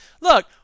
look